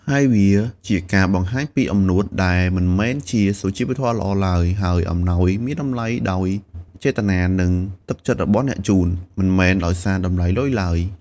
ហើយវាជាការបង្ហាញពីអំនួត ដែលមិនមែនជាសុជីវធម៌ល្អឡើយ ហើយអំណោយមានតម្លៃដោយចេតនា និងទឹកចិត្តរបស់អ្នកជូន មិនមែនដោយតម្លៃលុយឡើយ។